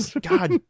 god